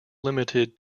limited